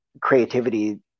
creativity